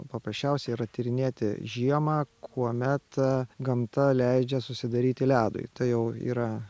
paprasčiausia yra tyrinėti žiemą kuomet gamta leidžia susidaryti ledui tai jau yra